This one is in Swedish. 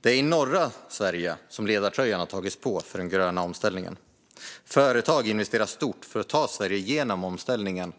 Det är i norra Sverige som ledartröjan har tagits på när det gäller den gröna omställningen. Företag gör stora investeringar för att ta Sverige genom omställningen